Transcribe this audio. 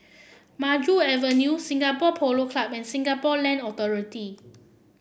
Maju Avenue Singapore Polo Club and Singapore Land Authority